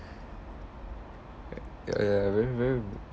ya ya ya very very